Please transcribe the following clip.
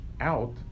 out